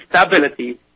stability